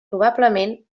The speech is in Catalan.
probablement